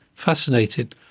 Fascinating